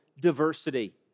diversity